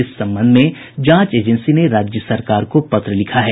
इस संबंध में जांच एजेंसी ने राज्य सरकार को पत्र लिखा है